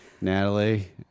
Natalie